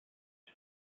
air